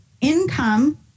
Income